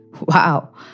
Wow